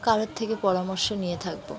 কারোর থেকে পরামর্শ নিয়ে থাকবো